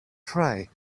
try